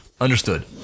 Understood